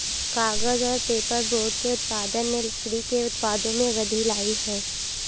कागज़ और पेपरबोर्ड के उत्पादन ने लकड़ी के उत्पादों में वृद्धि लायी है